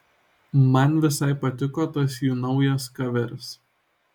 man visai patiko tas jų naujas koveris